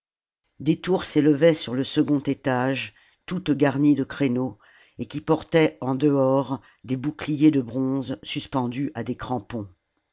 des tours s'élevaient sur le second étage toutes garnies de créneaux et qui portaient en dehors des boucliers de bronze suspendus à des crampons